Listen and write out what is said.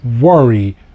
worry